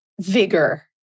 vigor